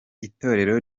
itorero